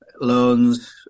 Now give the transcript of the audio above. loans